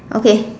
okay